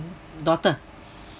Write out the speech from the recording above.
daughter